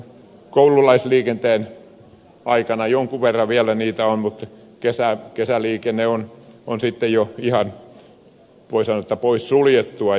koululaisliikenteen aikana jonkin verran vielä niitä on mutta kesäliikenne on sitten jo ihan voi sanoa pois suljettua